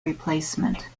replacement